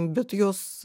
bet jos